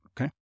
okay